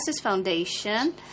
Foundation